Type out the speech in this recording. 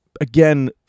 again